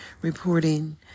reporting